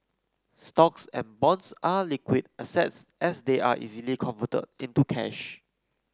stocks and bonds are liquid assets as they are easily converted into cash